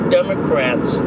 Democrats